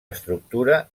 estructura